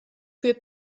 für